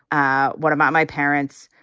ah what about my parents?